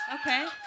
Okay